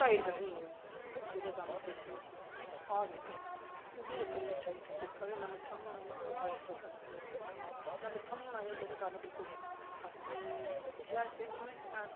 tight कड्ढनी ओह् जेहदे कारण बेसन हार्ड निकले ओ ह्बी इक मिट्ठा मिट्ठा सेका इन्ना मट्ठा बी नेईं होना चाहिदा ते शैल सेवियां बी त्यार